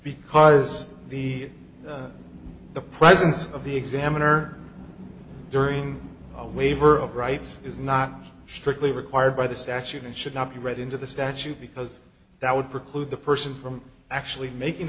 because the the presence of the examiner during a waiver of rights is not strictly required by the statute and should not be read into the statute because that would preclude the person from actually making